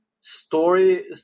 story